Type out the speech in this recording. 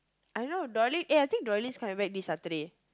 I know dolly eh I think dolly's coming back this Saturday